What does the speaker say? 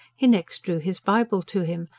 he next drew his bible to him,